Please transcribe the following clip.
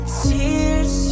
tears